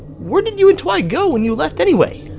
where did you and twi go when you left anyway?